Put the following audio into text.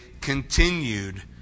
continued